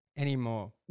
anymore